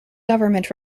government